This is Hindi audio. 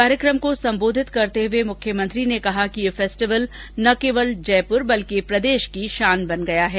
कार्यकम को संबोधित करते हुए मुख्यमंत्री ने कहा कि यह फेस्टिवल न केवल जयपुर बल्कि पूरे प्रदेश की शान बन गया है